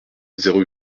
zéro